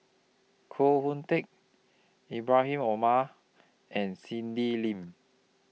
Koh Hoon Teck Ibrahim Omar and Cindy Lim